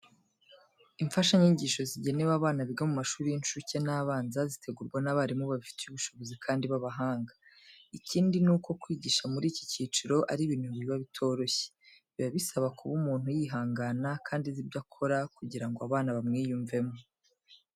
Imfashanyigisho zigenewe abana biga mu mashuri y'incuke n'abanza zitegurwa n'abarimu babifitiye ubushobozi kandi b'abahanga. Ikindi nuko kwigisha muri iki cyiciro ari ibintu biba bitoroshye, biba bisaba kuba umuntu yihangana kandi azi ibyo akora kugira ngo abana bamwiyumvemo.